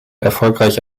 erfolgreich